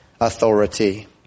authority